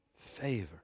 Favor